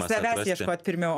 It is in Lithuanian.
savęs ieškot pirmiau